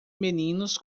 meninos